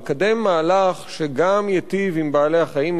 לקדם מהלך שגם ייטיב עם בעלי-החיים,